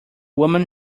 woman